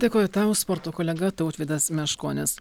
dėkoju tau sporto kolega tautvydas meškonis